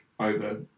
over